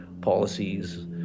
policies